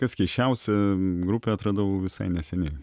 kas keisčiausia grupę atradau visai neseniai